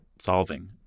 solving